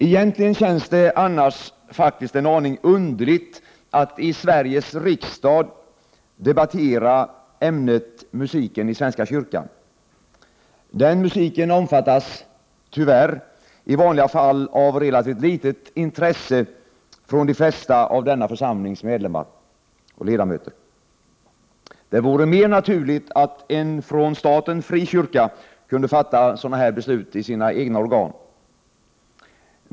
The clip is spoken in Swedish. Egentligen känns det faktiskt en aning underligt att i Sveriges riksdag debattera ämnet musik i svenska kyrkan. Den musiken omfattas, tyvärr, i vanliga fall av relativt litet intresse från de flesta av denna församlings ledamöter. Det vore mer naturligt att en från staten fri kyrka kunde fatta sådana beslut i sina egna organ.